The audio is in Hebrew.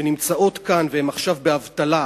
שנמצאות כאן והן עכשיו באבטלה,